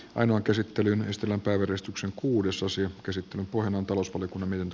ainoa käsitteli myös tilan päivöristuksen kuudesosan käsittelyn pohjana on tulos oli nyt